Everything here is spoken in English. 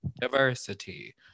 Diversity